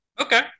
Okay